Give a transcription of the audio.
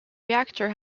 reactor